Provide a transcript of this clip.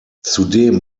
zudem